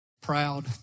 proud